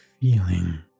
feeling